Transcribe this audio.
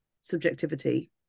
subjectivity